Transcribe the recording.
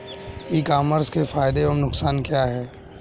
ई commerce के फायदे एवं नुकसान क्या हैं?